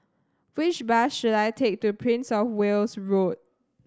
which bus should I take to Princess Of Wales Road